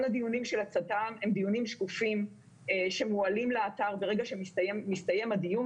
כל הדיונים של הצט"ם הם דיונים שקופים שמועלים לאתר ברגע שמסתיים הדיון.